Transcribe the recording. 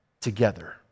Together